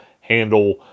handle